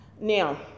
Now